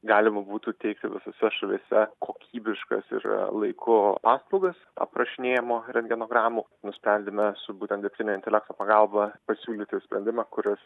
galima būtų teikti visose šalyse kokybiškas ir laiku paslaugas aprašinėjimo rentgenogramų nusprendėme su būtent dirbtinio intelekto pagalba pasiūlyti sprendimą kuris